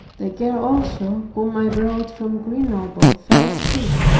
the girl also whom i brought from grenoble fell sick.